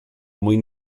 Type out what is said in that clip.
mwyn